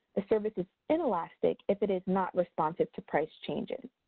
a service is inelastic if it is not responsive to price changes.